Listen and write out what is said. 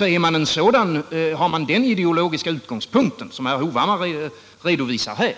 Har man den ideologiska utgångspunkt som herr Hovhammar redovisar här